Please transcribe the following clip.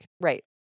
Right